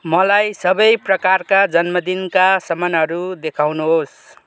मलाई सबै प्रकारका जन्मदिनका सामानहरू देखाउनुहोस्